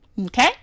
Okay